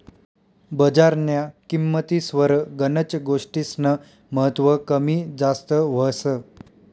बजारन्या किंमतीस्वर गनच गोष्टीस्नं महत्व कमी जास्त व्हस